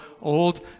old